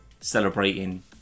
celebrating